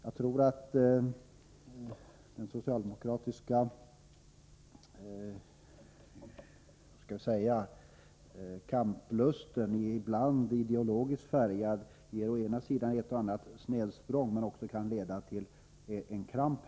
Jag tror att den socialdemokratiska kamplusten ibland, ideologiskt färgad, tar ett och annat snedsprång men också kan leda till kramp.